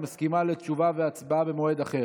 מסכימה לתשובה והצבעה במועד אחר.